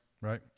right